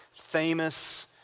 famous